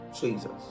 jesus